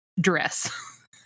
dress